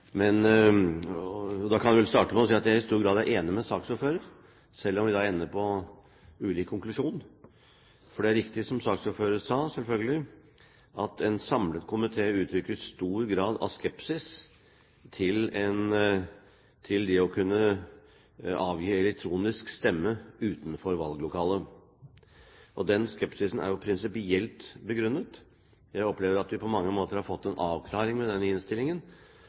Jeg kan vel starte med at jeg i stor grad er enig med saksordføreren, selv om vi ender på ulik konklusjon. For det er selvfølgelig riktig som saksordføreren sa, at en samlet komité uttrykker stor grad av skepsis til det å kunne avgi elektronisk stemme utenfor valglokale. Den skepsisen er jo prinsipielt begrunnet. Jeg opplever at vi på mange måter har fått en avklaring med denne innstillingen